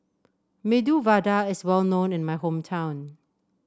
Medu Vada is well known in my hometown